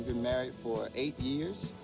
been married for eight years.